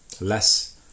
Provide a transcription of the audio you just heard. Less